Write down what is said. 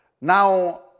Now